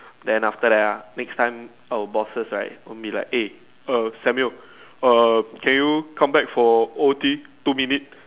then after that next time our bosses right won't be like eh err Samuel err can you come back for O_T two minutes